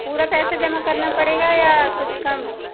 पूरा पैसा जमा करना पड़ेगा या कुछ कम